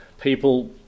people